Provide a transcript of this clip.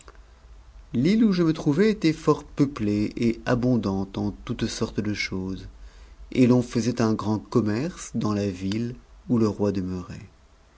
l'îte où je me trouvais était fort peuplée et abondante en toute sorte de choses et l'on faisait un grand commerce dans la ville où le roi demeu'ait